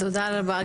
תודה רבה,